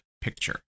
picture